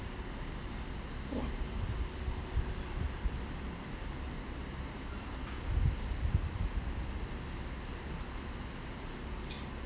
ya